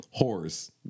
whores